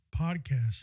podcast